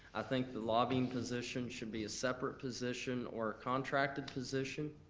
i think the lobbying position should be a separate position or a contracted position.